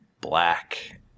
black